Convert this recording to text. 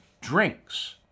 drinks